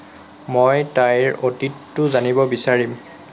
মই তাইৰ অতীতটো জানিব বিচাৰিম